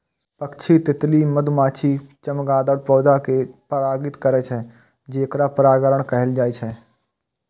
पक्षी, तितली, मधुमाछी, चमगादड़ पौधा कें परागित करै छै, जेकरा परागणक कहल जाइ छै